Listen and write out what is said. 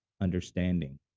understanding